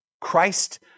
Christ